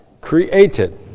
created